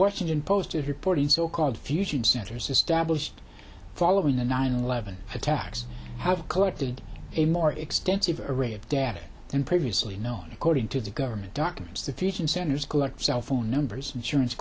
washington post is reporting so called fusion centers established following the nine eleven attacks have collected a more extensive array of data and previously known according to the government documents the fusion centers collects cell phone numbers insurance